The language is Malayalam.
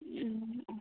ആ